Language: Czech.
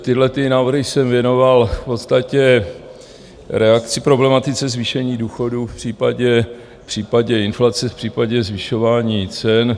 Tyhlety návrhy jsem věnoval v podstatě reakci problematice zvýšení důchodů v případě inflace, v případě zvyšování cen.